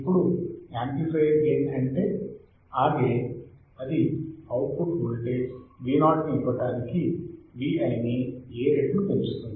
ఇప్పుడు amplifier gain అంటే అ గెయిన్ అది అవుట్ పుట్ వోల్టేజ్ Vo ని ఇవ్వడానికి Vi ని A రెట్లు పెంచుతుంది